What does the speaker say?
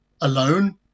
alone